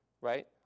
right